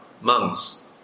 monks